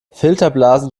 filterblasen